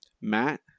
Matt